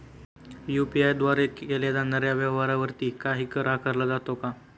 UPI द्वारे केल्या जाणाऱ्या व्यवहारावरती काही कर आकारला जातो का?